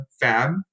fab